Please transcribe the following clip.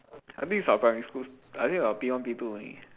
I think its our primary school I think our P one P two only